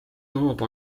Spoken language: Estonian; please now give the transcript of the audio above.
toob